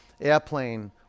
Airplane